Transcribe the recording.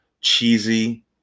cheesy